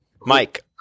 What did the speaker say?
Mike